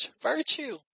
virtue